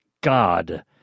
God